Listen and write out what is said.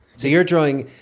so you're drawing